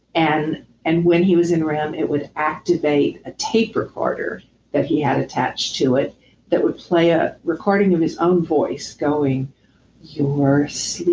and and when he was in rem, it would activate a tape recorder that he had attached to it that would play a recording of his own voice going you're